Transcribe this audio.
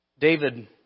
David